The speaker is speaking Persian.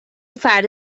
فرد